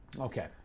Okay